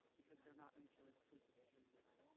because they're not mutually exclusive, at least as i